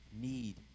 need